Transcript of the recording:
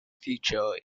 figure